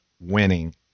winning